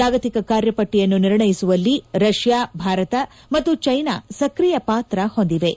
ಜಾಗತಿಕ ಕಾರ್ಯಪಟ್ಟಿಯನ್ನು ನಿರ್ಣಯಿಸುವಲ್ಲಿ ರಷ್ಯಾ ಭಾರತ ಮತ್ತು ಚೈನಾ ಸಕ್ರಿಯ ಪಾತ್ರ ಹೊಂದಿವೆ